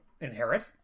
Inherit